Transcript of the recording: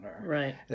Right